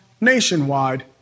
Nationwide